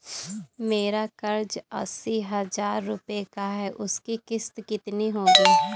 मेरा कर्ज अस्सी हज़ार रुपये का है उसकी किश्त कितनी होगी?